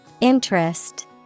Interest